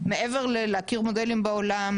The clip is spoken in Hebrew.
מעבר ללהכיר מודלים בעולם,